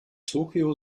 tokyo